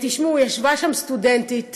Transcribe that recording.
ישבה שם סטודנטית